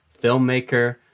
filmmaker